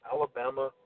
Alabama